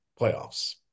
playoffs